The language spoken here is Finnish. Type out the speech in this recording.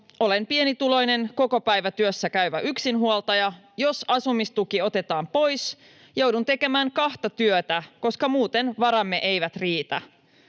”Olen pienituloinen, kokopäivätyössä käyvä yksinhuoltaja. Jos asumistuki otetaan pois, joudun tekemään kahta työtä, koska muuten varamme eivät riitä.